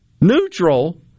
neutral